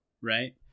right